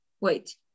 wait